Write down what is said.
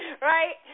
Right